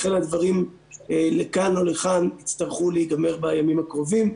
ולכן הדברים לכאן או לכאן יצטרכו להיגמר בימים הקרובים.